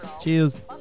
Cheers